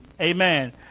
Amen